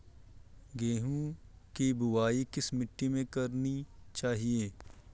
गेहूँ की बुवाई किस मिट्टी में करनी चाहिए?